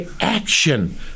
action